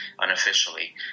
unofficially